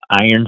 iron